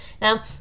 Now